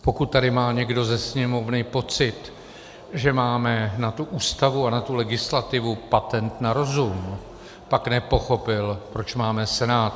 Pokud tady má někdo ze Sněmovny pocit, že máme na tu Ústavu a na tu legislativu patent na rozum, pak nepochopil, proč máme Senát.